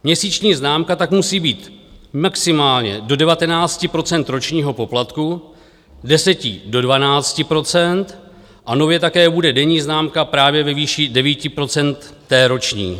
Měsíční známka tak musí být maximálně do 19 % ročního poplatku, deseti do 12 % a nově také bude denní známka právě ve výši 9 % té roční.